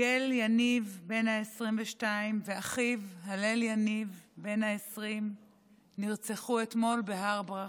יגל יניב בן ה-22 ואחיו הלל יניב בן ה-20 נרצחו אתמול בהר ברכה,